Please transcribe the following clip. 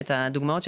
את הדוגמאות,